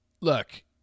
look